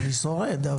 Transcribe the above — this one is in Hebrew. אני שורד.